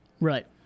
Right